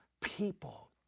people